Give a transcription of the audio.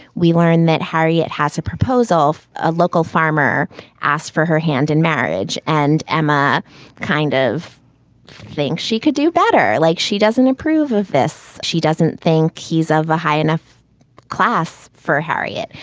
we learn that harriet has a proposal of a local farmer asked for her hand in marriage, and emma kind of thinks she could do better. like she doesn't approve of this. she doesn't think he's of a high enough class for harriet.